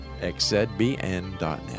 xzbn.net